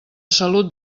salut